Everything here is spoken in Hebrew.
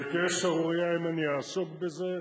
זאת תהיה שערורייה אם אני אעסוק בזה.